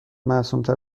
معصومتر